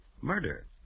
murder